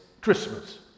Christmas